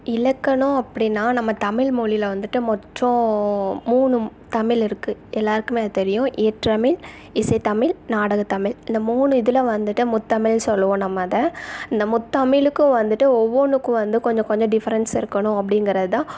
இலக்கணம் அப்படின்னா நம்ம தமிழ் மொழில வந்துட்டு மொத்தம் மூணு தமிழ் இருக்குது எல்லாேருக்குமே அது தெரியும் இயற்றமிழ் இசைத்தமிழ் நாடகத்தமிழ் இந்த மூணு இதில் வந்துட்டு முத்தமிழ்னு சொல்லுவோம் நம்ம அதை இந்த முத்தமிழுக்கும் வந்துட்டு ஒவ்வொன்றுக்கும் வந்து கொஞ்சம் கொஞ்சம் டிஃப்ரன்ஸ் இருக்கணும் அப்படிங்கிறதுதான்